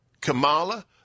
Kamala